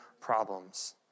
problems